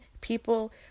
people